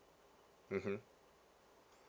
mmhmm